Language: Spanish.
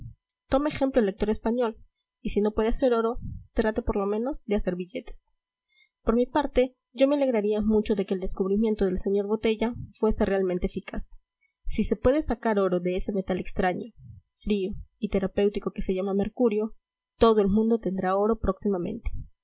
tome ejemplo el lector español y si no puede hacer oro trate por lo menos de hacer billetes por mi parte yo me alegraría mucho de que el descubrimiento del sr botella fuese realmente eficaz si se puede sacar oro de ese metal extraño frío y terapéutico que se llama mercurio todo el mundo tendrá oro próximamente